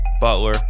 butler